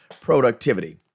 productivity